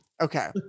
Okay